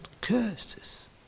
curses